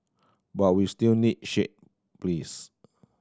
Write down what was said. but we still need shade please